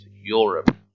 Europe